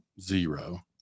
zero